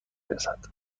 رسد